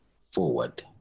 forward